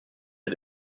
est